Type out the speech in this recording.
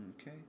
Okay